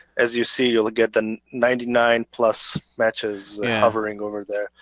as you see you'll get the and ninety nine plus matches yeah. hovering over there.